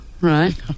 Right